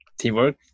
Teamwork